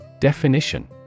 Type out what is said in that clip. Definition